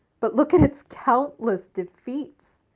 but look at its countless defeats,